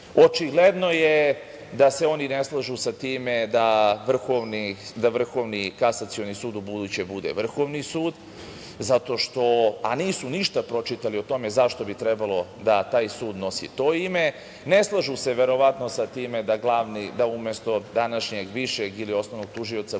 aboliciju. Očigledno je da se oni ne slažu sa time da Vrhovni kasacioni sud ubuduće bude Vrhovni sud, a nisu ništa pročitali o tome zašto bi trebalo da taj sud nosi to ime. Ne slažu se, verovatno, sa time da umesto današnjeg višeg ili osnovnog tužioca